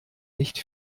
nicht